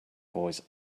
voice